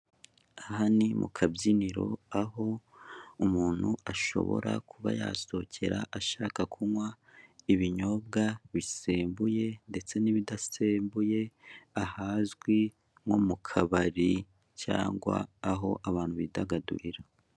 Aha ni mukabyiniro aho umuntu ashobora kuba yasohokera ashaka kunkwa ibinyobwa bisembuye ndetse n'ibidasembuye ahazwi nko mukabari cyangwa aho abantu bidagadurira.